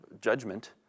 judgment